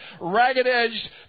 ragged-edged